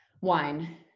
wine